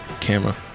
camera